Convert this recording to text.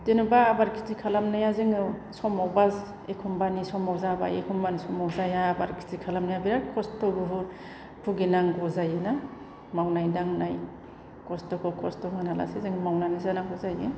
जेन'बा आबाद खेथि खालामनाया जोङो समावबा एखमब्लानि समाव जाबाय एखमब्लानि समाव जाया आबाद खेथि खालामनाया बिराद खस्थ' बुगिनांगौ जायो मावनाय दांनाय खस्थ'खौ खस्थ' जों होनालासे मावनांगौ जायो